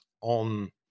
on